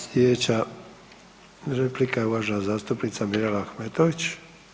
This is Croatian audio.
Slijedeća replika je uvažena zastupnica Mirela Ahmetović.